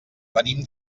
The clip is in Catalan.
venim